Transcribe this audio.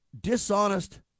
dishonest